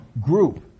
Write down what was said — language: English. group